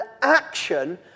action